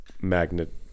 magnet